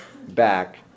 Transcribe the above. back